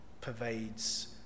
pervades